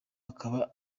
akaba